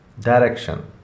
direction